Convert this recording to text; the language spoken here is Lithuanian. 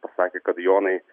pasakė kad jonai